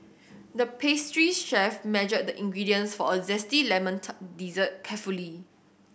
the pastry chef measured the ingredients for a zesty lemon dessert carefully